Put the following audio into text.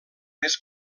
més